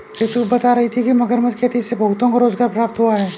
रितु बता रही थी कि मगरमच्छ खेती से बहुतों को रोजगार प्राप्त हुआ है